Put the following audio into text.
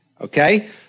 okay